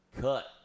cut